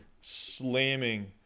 slamming